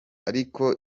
ariko